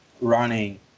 running